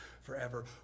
forever